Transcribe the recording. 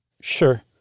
Sure